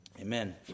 Amen